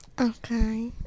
Okay